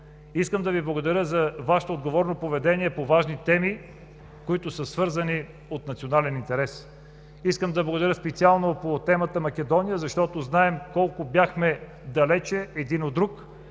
Искам да Ви благодаря за Вашето отговорно поведение по важни теми, които са свързани от национален интерес. Искам да благодаря специално по темата „Македония“ защото знаем колко бяхме далече един от друг.